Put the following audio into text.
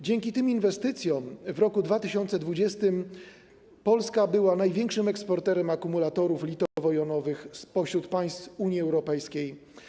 Dzięki tym inwestycjom w roku 2020 Polska była największym eksporterem akumulatorów litowo-jonowych spośród państw Unii Europejskiej.